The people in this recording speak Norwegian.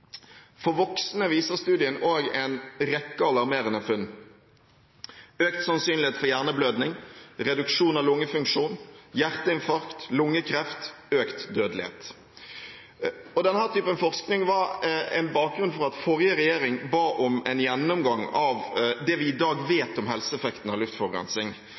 for voksne viser studien en rekke alarmerende funn: økt sannsynlighet for hjerneblødning, reduksjon av lungefunksjon, hjerteinfarkt, lungekreft, økt dødelighet. Denne typen forskning var bakgrunnen for at forrige regjering ba om en gjennomgang av det vi i dag vet om helseeffektene av luftforurensning.